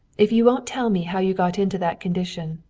if you won't tell me how you got into that condition,